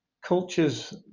cultures